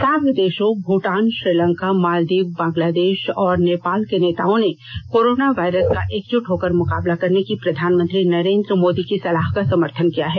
SAARC देशों भूटान श्रीलंका मालदीव बांग्लादेश और नेपाल के नेताओं ने कोरोना वायरस का एकजट होकर मुकाबला करने की प्रधानमंत्री नरेंद्र मोदी की सलाह का समर्थन किया है